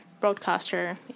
broadcaster